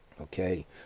okay